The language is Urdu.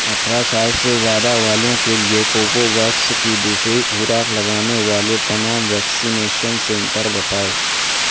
اٹھرہ سال سے زیادہ والوں کے لیے کووو ویکس کی دوسری خوراک لگانے والے تمام ویکسینیشن سینٹر بتاؤ